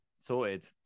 Sorted